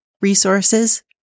resources